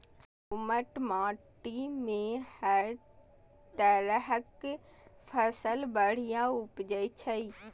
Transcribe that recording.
दोमट माटि मे हर तरहक फसल बढ़िया उपजै छै